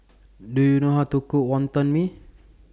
Do YOU know How to Cook Wonton Mee